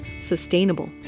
Sustainable